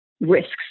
risks